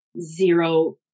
zero